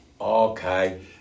Okay